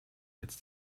jetzt